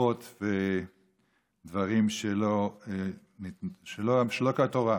שפות ודברים שלא כתורה.